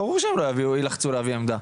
אז ברור שהם לא יביאו ולא יילחצו להביא עמדה.